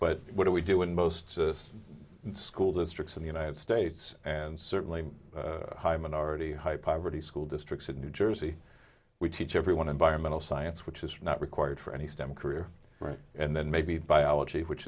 but what do we do in most school districts in the united states and certainly high minority high poverty school districts in new jersey we teach everyone environmental science which is not required for any stem career right and then maybe biology which